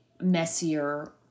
messier